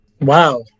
Wow